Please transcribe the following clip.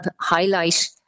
highlight